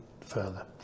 further